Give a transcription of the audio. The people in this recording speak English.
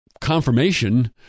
confirmation